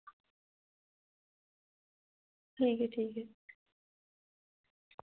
ठीक ऐ ठीक ऐ